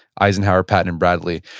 eisenhower, patton, and bradley.